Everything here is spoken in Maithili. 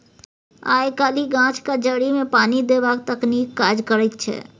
आय काल्हि गाछक जड़िमे पानि देबाक तकनीक काज करैत छै